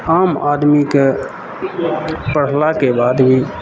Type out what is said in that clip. आम आदमीके पढ़लाके बाद भी